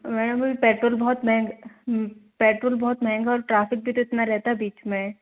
madam अभी petrol बहुत महंग पेट्रोल बहुत महंगा और ट्राफिक भी तो इतना रहता है बीच में